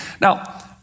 Now